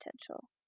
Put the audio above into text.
potential